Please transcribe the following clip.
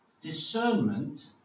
discernment